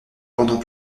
pendant